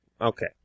Okay